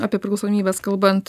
apie priklausomybes kalbant